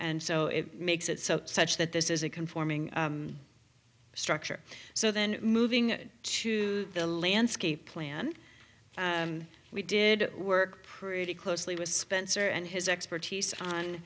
and so it makes it such that this is a conforming structure so then moving to the landscape plan we did work pretty closely with spencer and his expertise on